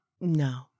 No